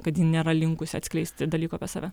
kad ji nėra linkusi atskleisti dalykų apie save